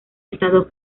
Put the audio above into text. estado